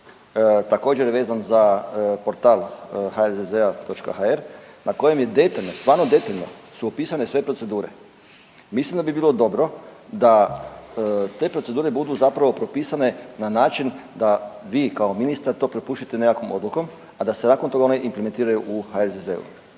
također vezan za portal HRZZ.hr na kojem je detaljno, stvarno detaljno su opisane sve procedure. Mislim da bi bilo dobro da te procedure budu zapravo propisane na način da vi kao ministar to prepustite nekakvom odlukom, a da se nakon toga one implementiraju u HRZZ-u.